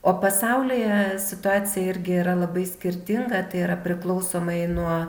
o pasaulyje situacija irgi yra labai skirtinga tai yra priklausomai nuo